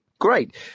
Great